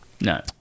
no